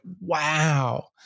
wow